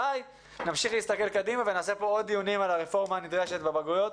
נמשיך להסתכל קדימה ונערוך עוד דיונים לגבי הרפורמה הנדרשת בבגרויות.